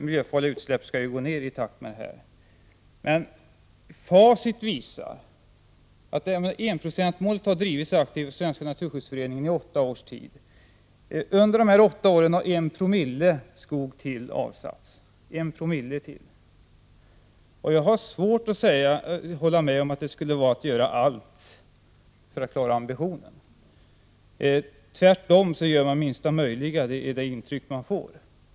Miljöfarliga utsläpp skall ju minskas i takt med dessa åtgärder. Enprocentsmålet har drivits aktivt av Svenska naturskyddsföreningen i åtta års tid. Under dessa åtta år har ytterligare en promille av skogen avsatts som reservat. Jag har svårt att hålla med om att det skulle vara att göra allt för att klara ambitionen. Tvärtom gör man det minsta möjliga — det är tyvärr det intryck jag får.